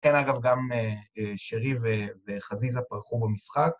כן, אגב, גם שרי וחזיזה פרחו במשחק.